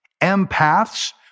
Empaths